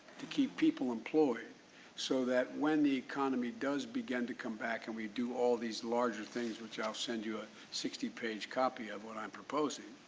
to keep people employed so when the economy does begin to come back and redo all these larger things which i will send you a sixty page copy of what i'm proposing.